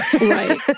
Right